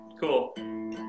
Cool